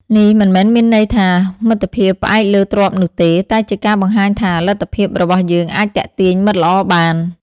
នេះមិនមែនមានន័យថា មិត្តភាពផ្អែកលើទ្រព្យនោះទេ តែជាការបង្ហាញថា លទ្ធភាពរបស់យើងអាចទាក់ទាញមិត្តល្អបាន។